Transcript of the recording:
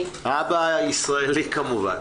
האבא ישראלי כמובן.